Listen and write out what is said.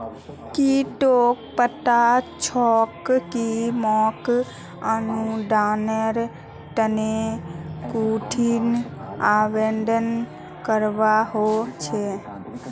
की तोक पता छोक कि मोक अनुदानेर तने कुंठिन आवेदन करवा हो छेक